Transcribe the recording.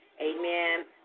Amen